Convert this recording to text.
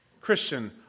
Christian